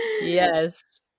Yes